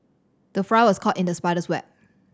the fly was caught in the spider's web